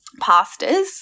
pastas